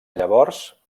llavors